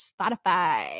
Spotify